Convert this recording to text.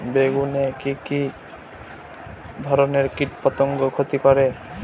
বেগুনে কি কী ধরনের কীটপতঙ্গ ক্ষতি করে?